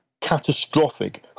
catastrophic